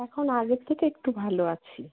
এখন আগের থেকে একটু ভালো আছি